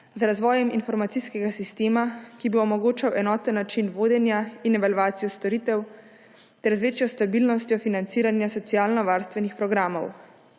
z razvojem informacijskega sistema, ki bi omogočal enoten način vodenja in evalvacijo storitev ter z večjo stabilnostjo financiranja socialnovarstvenih programov.